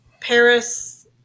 Paris